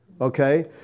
okay